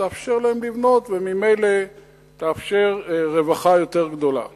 תאפשר להם לבנות וממילא תאפשר רווחה גדולה יותר.